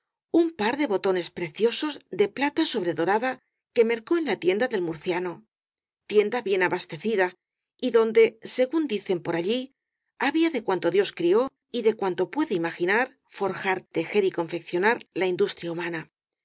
un par de botones preciosos de plata so bredorada que mercó en la tienda del murciano tienda bien abastecida y donde según dicen por allí había de cuanto dios crió y de cuanto puede imaginar forjar tejer y confeccionar la industria humana